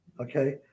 okay